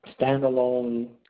standalone